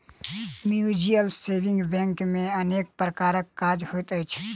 mutual saving bank मे अनेक प्रकारक काज होइत अछि